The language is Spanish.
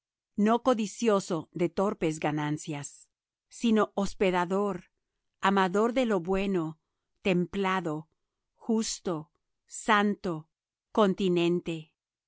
no codicioso de torpes ganancias sino hospedador amador de lo bueno templado justo santo continente